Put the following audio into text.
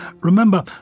Remember